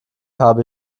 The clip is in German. habe